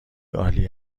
عالی